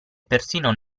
persino